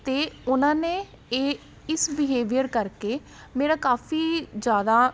ਅਤੇ ਉਹਨਾਂ ਨੇ ਏ ਇਸ ਬਿਹੇਵੀਅਰ ਕਰਕੇ ਮੇਰਾ ਕਾਫੀ ਜ਼ਿਆਦਾ